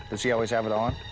does he always have it on?